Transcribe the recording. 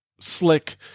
Slick